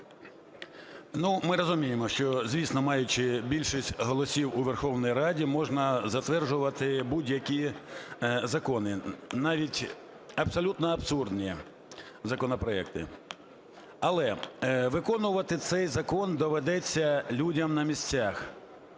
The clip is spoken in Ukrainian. ми розуміємо, що, звісно, маючи більшість голосів у Верховній Раді, можна затверджувати будь-які закони, навіть абсолютно абсурдні законопроекти. Але виконувати цей закон доведеться людям на місцях.